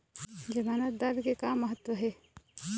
जमानतदार के का महत्व हे?